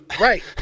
right